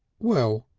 well,